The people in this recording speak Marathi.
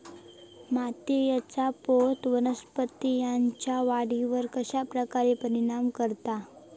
मातीएचा पोत वनस्पतींएच्या वाढीवर कश्या प्रकारे परिणाम करता?